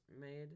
made